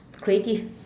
creative